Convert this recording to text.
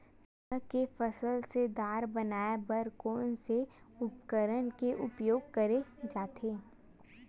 चना के फसल से दाल बनाये बर कोन से उपकरण के उपयोग करे जाथे?